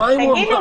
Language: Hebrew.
אז מה אם הוא אמר?